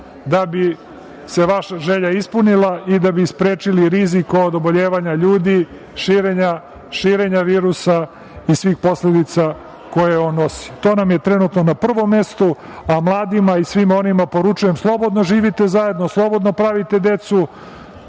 da bi se vaša želja ispunila i da bi sprečili rizik od oboljevanja ljudi, širenja virusa i svih posledica koje on nosi. To nam je trenutno na prvom mestu, a mladima i svima onima poručujem – slobodno živite zajedno, slobodno pravite decu